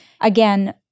Again